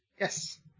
Yes